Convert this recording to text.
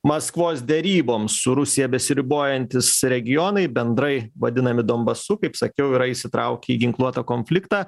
maskvos deryboms su rusija besiribojantys regionai bendrai vadinami donbasu kaip sakiau yra įsitraukę į ginkluotą konfliktą